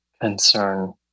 concern